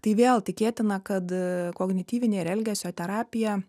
tai vėl tikėtina kad kognityvinė ir elgesio terapija